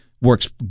works